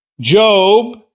Job